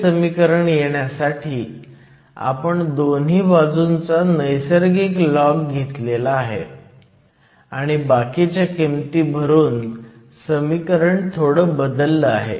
हे समीकरण येण्यासाठी आपण दोन्ही बाजूंचा नैसर्गिक लॉग घेतला आहे आणि बाकीच्या किमती भरून समीकरण थोडं बदललं आहे